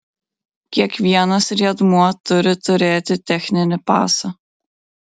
kiekvienas riedmuo turi turėti techninį pasą